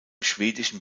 schwedischen